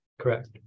correct